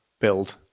build